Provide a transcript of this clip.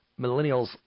Millennials